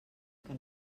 que